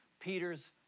Peter's